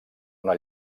una